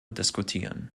diskutieren